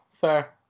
fair